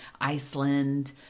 Iceland